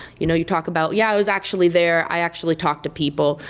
you know you talk about yeah, i was actually there. i actually talked to people,